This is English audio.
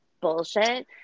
bullshit